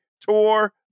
Tour